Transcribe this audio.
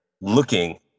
looking